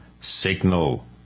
signal